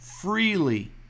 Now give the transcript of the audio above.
freely